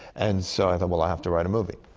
and so i thought, well, i have to write a movie.